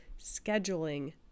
scheduling